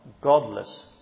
godless